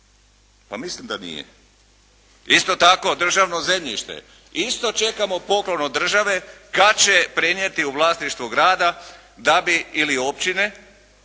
Pa mislim da nije. Isto tako državno zemljište, isto čekamo poklon od države kada će prenijeti u vlasništvo grada da bi, ili općine,